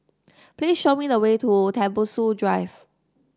please show me the way to Tembusu Drive